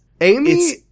Amy